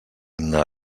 una